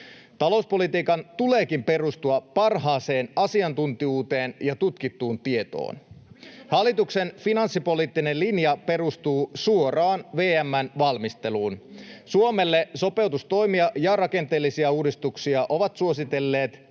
Talouspolitiikan tuleekin perustua parhaaseen asiantuntijuuteen ja tutkittuun tietoon. Hallituksen finanssipoliittinen linja perustuu suoraan VM:n valmisteluun. Suomelle sopeutustoimia ja rakenteellisia uudistuksia ovat suositelleet